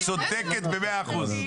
את צודקת במאה אחוז.